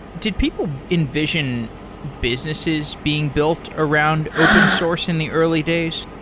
ddid people envision businesses being built around open source in the early days?